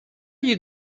you